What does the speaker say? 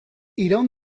iraun